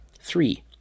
Three